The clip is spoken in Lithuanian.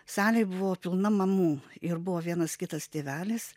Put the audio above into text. salė buvo pilna mamų ir buvo vienas kitas tėvelis